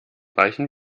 reichen